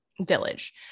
village